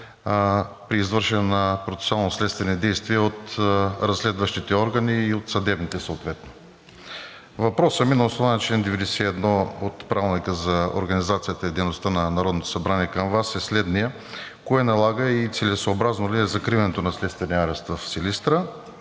при извършване на процесуално-следствени действия от разследващите органи и от съдебните съответно. Въпросът ми на основание чл. 91 от Правилника за организацията и дейността на Народното събрание към Вас е следният: кое налага и целесъобразно ли е закриването на следствения арест в Силистра